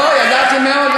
לא, ידעתי מאוד.